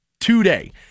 Today